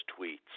tweets